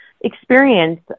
experience